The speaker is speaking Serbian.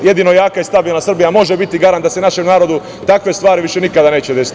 Jedino jaka i stabilna Srbija može biti garant da se našem narodu takve stvari više nikada neće desiti.